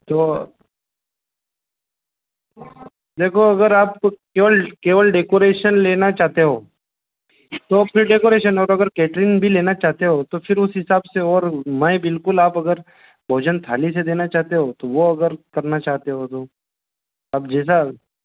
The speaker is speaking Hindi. तो देखो अगर आप केवल केवल डेकोरेशन लेना चाहते हो तो फिर डेकोरेशन और अगर कैटरिंग भी लेना चाहते हो तो फिर उस हिसाब से और मैं बिलकुल आप अगर भोजन थाली से देना चाहते हो तो वह अगर करना चाहते हो तो अब जैसा